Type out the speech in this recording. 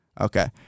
Okay